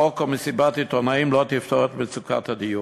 חוק או מסיבת עיתונאים לא יפתרו את מצוקת הדיור.